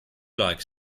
like